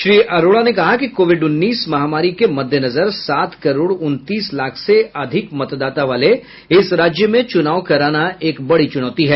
श्री अरोड़ा ने कहा कि कोविड उन्नीस महामारी के मद्देनजर सात करोड़ उन्तीस लाख से अधिक मतदाता वाले इस राज्य में चूनाव कराना एक बड़ी चुनौती है